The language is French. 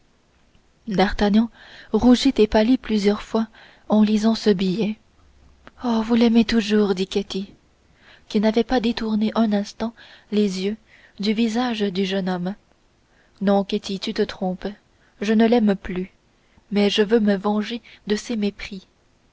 d'artagnan rougit et pâlit plusieurs fois en lisant ce billet oh vous l'aimez toujours dit ketty qui n'avait pas détourné un instant les yeux du visage du jeune homme non ketty tu te trompes je ne l'aime plus mais je veux me venger de ses mépris